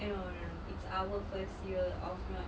eh no no no it's our first year of not